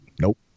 nope